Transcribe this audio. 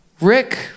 Rick